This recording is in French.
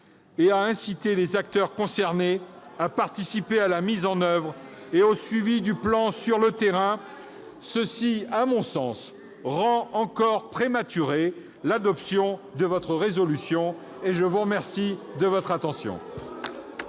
et à inciter les acteurs concernés à participer à la mise en oeuvre et au suivi du plan sur le terrain. Cela, à mon sens, rend encore prématurée l'adoption de votre résolution. La discussion générale est